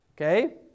Okay